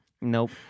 Nope